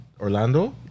Orlando